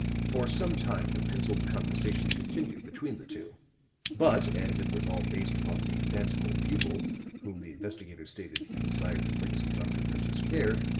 for some time the penciled conversation continued between the two but as it was all based upon the fanciful pupil whom the investigator stated he desired to place in dr. mercer's care,